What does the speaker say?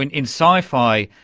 in in sci-fi,